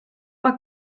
mae